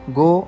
go